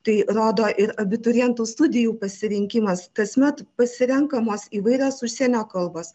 tai rodo ir abiturientų studijų pasirinkimas kasmet pasirenkamos įvairios užsienio kalbos